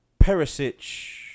Perisic